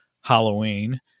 Halloween